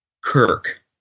Kirk